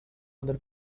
other